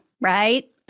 right